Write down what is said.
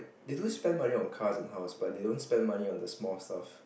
the don't spend money on cars and house but they only spend on the small stuff